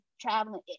traveling